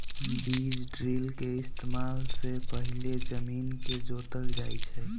बीज ड्रिल के इस्तेमाल से पहिले जमीन के जोतल जाई छई